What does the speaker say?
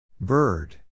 Bird